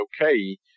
okay